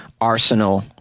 arsenal